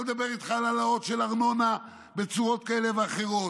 אני לא מדבר איתך על העלאות של ארנונה בצורות כאלה ואחרות,